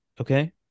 Okay